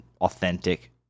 authentic